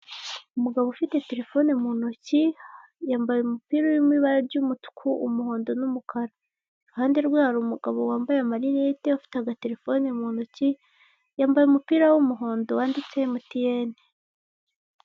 Umugabo ufite telefone mu ntoki yambaye umupira urimo ibara ry'umutuku, umuhondo n'umukara. Iruhande rwe hari umugabo wambaye amarinete ufite agatelefone mu ntoki yambaye umupira w'umuhondo wanditseho emutiyeni.